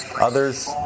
Others